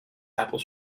apple